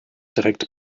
direkt